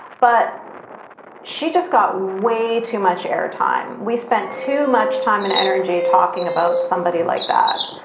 but she just got way too much airtime. we spent too much time and energy talking about somebody like that.